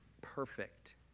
perfect